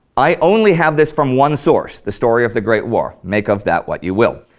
i only have this from one source, the story of the great war, make of that what you will.